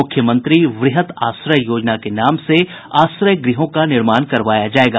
मूख्यमंत्री वृहत आश्रय योजना के नाम से आश्रय ग्रहों का निर्माण करवाया जायेगा